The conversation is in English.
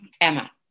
Emma